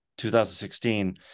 2016